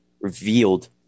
revealed